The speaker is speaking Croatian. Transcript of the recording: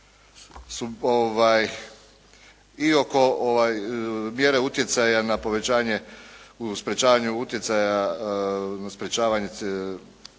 i oko mjere utjecaj na povećanje u sprečavanju utjecaja na povećanje